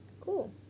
Cool